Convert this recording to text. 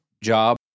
job